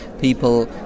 people